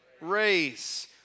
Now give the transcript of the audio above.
race